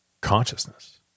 consciousness